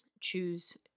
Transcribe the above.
choose